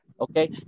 Okay